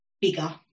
bigger